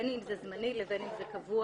בין אם זה זמני ובין אם זה קבוע,